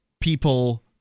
people